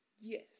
yes